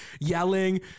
yelling